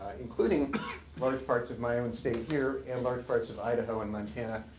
including large parts of my own state here, and large parts of idaho and montana,